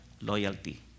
loyalty